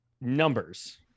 numbers